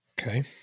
Okay